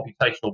computational